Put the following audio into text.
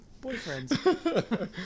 boyfriends